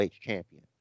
champion